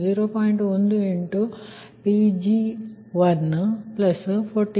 18 Pg141dPg1